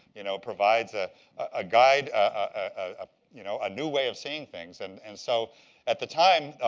you. know provides ah a guide ah you know a new way of seeing things. and and so at the time,